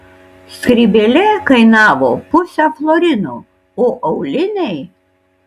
skrybėlė kainavo pusę florino o auliniai